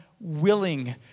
willing